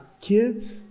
kids